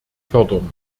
fördern